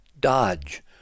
Dodge